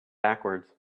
backwards